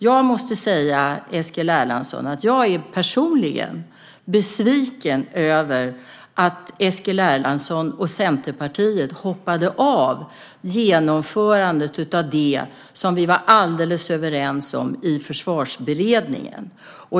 Jag är personligen besviken över att Eskil Erlandsson och Centerpartiet hoppade av genomförandet av det som vi var alldeles överens om i Försvarsberedningen.